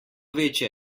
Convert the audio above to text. večja